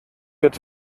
wird